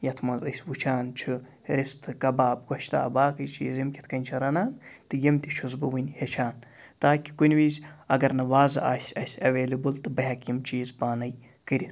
یَتھ منٛز أسۍ وُچھان چھِ رِستہٕ کَباب گۄشتاب باقٕے چیٖز یِم کِتھ کٔنۍ چھِ رَنان تہِ یِم تہِ چھُس بہٕ وُنہِ ہیٚچھان تاکہِ کُنہِ وِزِ اَگَر نہٕ وازٕ آسہِ اسہِ ایٚولیبٕل تہٕ بہٕ ہیٚکہٕ یِم چیٖز پانَے کٔرِتھ